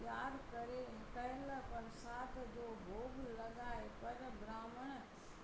त्यार करे कयल प्रसाद जो भोॻ लॻाए पर ब्राह्मण